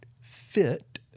fit